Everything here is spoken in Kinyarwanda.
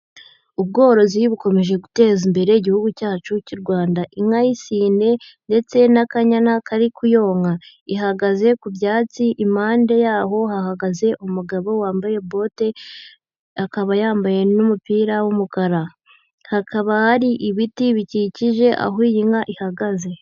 Ubworozi bukomeje guteza imbere igihugu cyacu cy'u Rwanda. Inka y'isine ndetse n'akanyana kari kuyonka ihagaze ku byatsi, impande y'aho hahagaze umugabo wambaye bote akaba yambaye n'umupira w'umukara, hakaba hari ibiti bikikije aho iyi inka ihagaze.